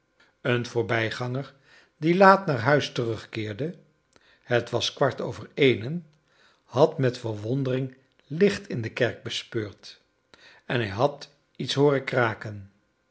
een voorbijganger die laat naar huis terugkeerde het was kwart over eenen had met verwondering licht in de kerk bespeurd en hij had iets hooren kraken